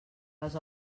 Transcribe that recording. les